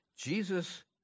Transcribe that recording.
Jesus